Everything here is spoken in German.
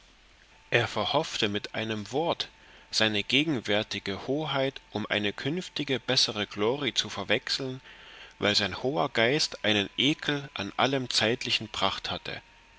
verhoffte mit einem wort seine gegenwärtige hoheit um eine künftige bessere glori zu verwechseln weil sein hoher geist einen ekel an allem zeitlichen pracht hatte